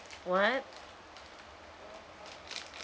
what